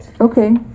Okay